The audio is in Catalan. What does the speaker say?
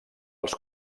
els